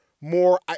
more